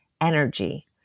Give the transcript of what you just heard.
energy